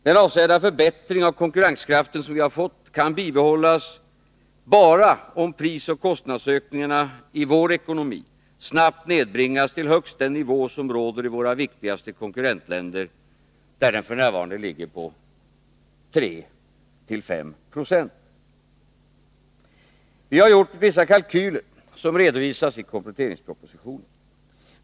Den avsevärda förbättring av konkurrenskraften som vi har fått kan bibehållas endast om prisoch kostnadsökningarna i vår ekonomi snabbt nedbringas till högst den nivå som råder i våra viktigaste konkurrentländer — f.n. 3-5 4. Vi har gjort vissa kalkyler som redovisas i kompletteringspropositionen.